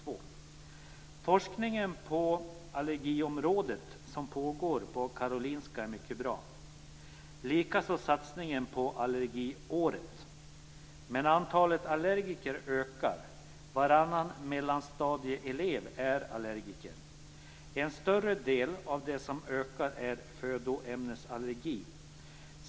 Den forskning på allergiområdet som pågår på Karolinska är mycket bra, likaså satsningen på Allergiåret. Men antalet allergiker ökar, och varannan mellanstadieelev är allergiker. En större del av det som ökar är födoämnesallergi.